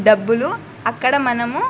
డబ్బులు అక్కడ మనము